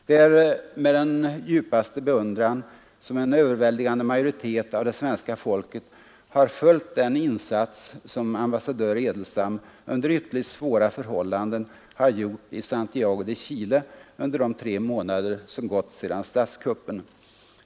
Det är med den djupaste beundran som en överväldigande majoritet av det svenska folket har följt den insats som ambassadör Edelstam under ytterligt svåra förhållanden har gjort i Santiago de Chile under de tre månader som gått sedan statskuppen.